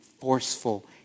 forceful